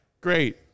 Great